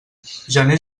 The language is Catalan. gener